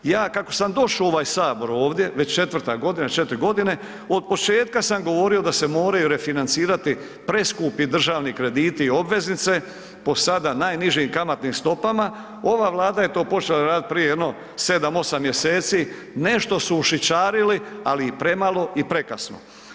Ja kako sam došao u ovaj sabor ovdje, već 4. godina, 4.g., otpočetka sam govorio da se moraju refinancirati preskupi državni krediti i obveznice po sada najnižim kamatnim stopama, ova Vlada je to počela radit prije jedno 7-8 mjeseci, nešto su ušićarili, ali i premalo i prekasno.